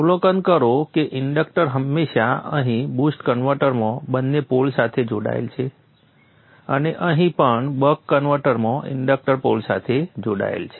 અવલોકન કરો કે ઇન્ડક્ટર હંમેશા અહીં બૂસ્ટ કન્વર્ટરમાં બંને પોલ સાથે જોડાયેલ છે અને અહીં પણ બક કન્વર્ટરમાં ઇન્ડક્ટર પોલ સાથે જોડાયેલ છે